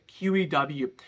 QEW